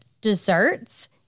desserts